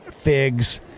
figs